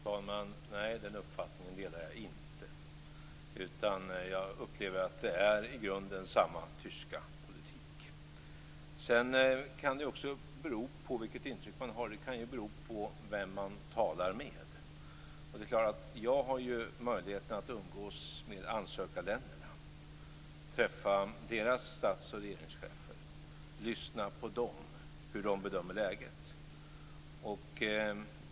Fru talman! Nej, den uppfattningen delar jag inte. Jag upplever att det i grunden är samma tyska politik. Sedan kan det också bero på vilket intryck man får. Det kan bero på vem man talar med. Det är klart att jag har ju möjlighet att umgås med ansökarländerna, träffa deras stats och regeringschefer och höra efter hur de bedömer läget.